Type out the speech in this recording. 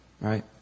right